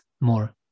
more